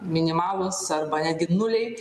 minimalūs arba netgi nuliai